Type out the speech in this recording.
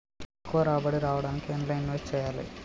ఎక్కువ రాబడి రావడానికి ఎండ్ల ఇన్వెస్ట్ చేయాలే?